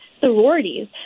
sororities